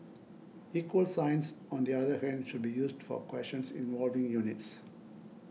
equal signs on the other hand should be used for questions involving units